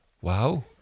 Wow